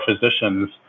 physicians